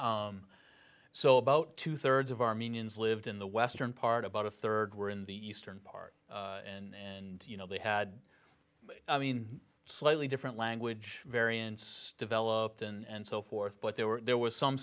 empire so about two thirds of armenians lived in the western part about a third were in the eastern part and you know they had i mean slightly different language variance developed and so forth but there were there was some